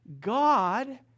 God